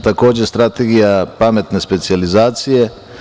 Takođe Strategija „pametne specijalizacije“